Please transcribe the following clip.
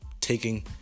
taking